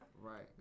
Right